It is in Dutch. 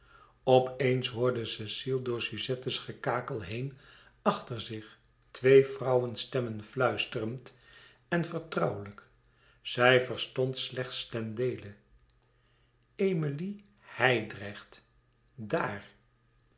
op eens hoorde cecile door suzette's gekakel heen achter zich twee vrouwenstemmen fluisterend en vertrouwelijk zij verstond slechts ten deele emilie hijdrecht daar